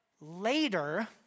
later